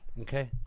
okay